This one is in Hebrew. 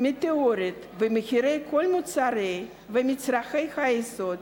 מטאורית במחירי כל מוצרי ומצרכי היסוד,